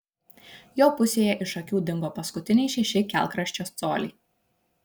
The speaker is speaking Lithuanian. jo pusėje iš akių dingo paskutiniai šeši kelkraščio coliai